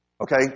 Okay